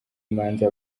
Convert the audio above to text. imanza